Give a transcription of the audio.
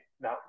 Now